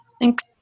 Thanks